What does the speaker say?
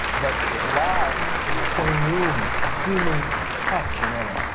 but live, in the same room, human touch and all that.